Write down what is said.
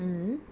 mm